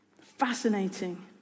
Fascinating